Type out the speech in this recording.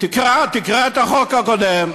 תקרא, תקרא את החוק הקודם.